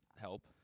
help